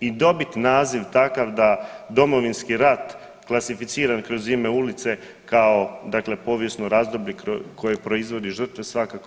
I dobiti naziv takav da, Domovinski rat klasificiran kroz ime ulice kao dakle povijesno razdoblje koje proizvodi žrtve, svakako